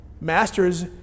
Masters